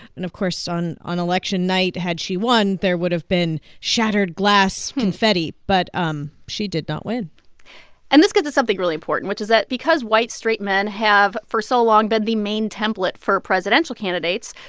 and of course, on on election night, had she won, there would've been, shattered glass confetti. but um she did not win and this to something really important, which is that because white, straight men have, for so long, been the main template for presidential candidates,